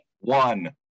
One